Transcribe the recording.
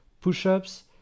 push-ups